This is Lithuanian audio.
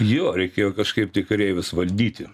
jo reikėjo kažkaip tai kareivius valdyti